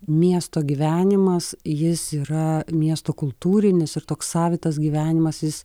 miesto gyvenimas jis yra miesto kultūrinis ir toks savitas gyvenimas jis